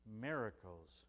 miracles